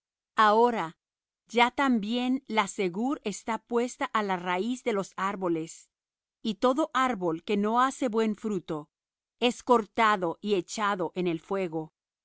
ahora ya también la segur está puesta á la raíz de los árboles y todo árbol que no hace buen fruto es cortado y echado en el fuego